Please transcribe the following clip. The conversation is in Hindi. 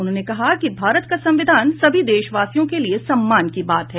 उन्होंने कहा कि भारत का संविधान सभी देशवासियों के लिये सम्मान की बात है